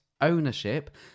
ownership